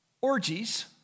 Orgies